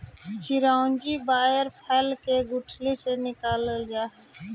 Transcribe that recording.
चिरौंजी पयार फल के गुठली से निकालल जा हई